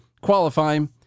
qualifying